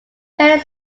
taylor